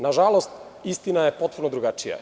Nažalost, istina je potpuno drugačija.